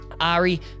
Ari